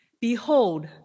Behold